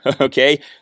Okay